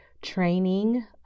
training